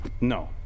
No